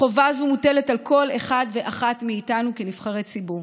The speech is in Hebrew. החובה הזאת מוטלת על כל אחד ואחת מאיתנו כנבחרי ציבור.